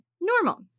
normal